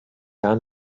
gar